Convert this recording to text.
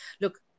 look